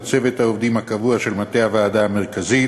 על צוות העובדים הקבוע של מטה הוועדה המרכזית